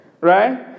Right